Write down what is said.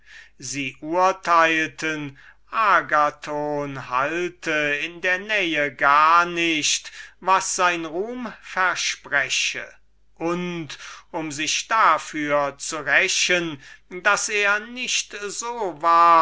meinung weggingen agathon halte in der nähe nicht was sein ruhm verspreche ja um sich dafür zu rächen daß er nicht so war